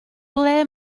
ble